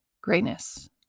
greatness